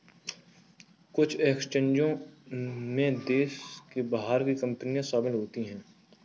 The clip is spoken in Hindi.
कुछ एक्सचेंजों में देश के बाहर की कंपनियां शामिल होती हैं